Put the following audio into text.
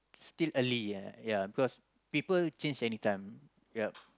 still early ya ya because people change anytime ya